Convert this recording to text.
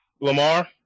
Lamar